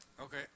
Okay